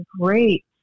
great